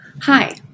Hi